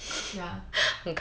ya